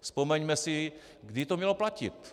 Vzpomeňme si, kdy to mělo platit.